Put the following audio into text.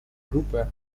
berubah